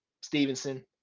Stevenson